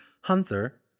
Hunter